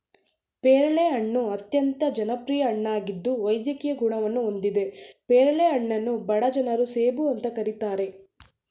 ಪೇರಳೆ ಹಣ್ಣು ಅತ್ಯಂತ ಜನಪ್ರಿಯ ಹಣ್ಣಾಗಿದ್ದು ವೈದ್ಯಕೀಯ ಗುಣವನ್ನು ಹೊಂದಿದೆ ಪೇರಳೆ ಹಣ್ಣನ್ನು ಬಡ ಜನರ ಸೇಬು ಅಂತ ಕರೀತಾರೆ